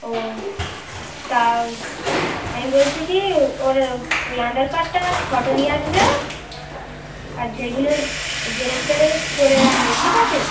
ও তা আমি বলছি কী ওরে ওই আধার কার্ডটা আর ফটো নিয়ে আসবে আর যেগুলো জেরক্স টেরক্স করে আনবে ঠিক আছে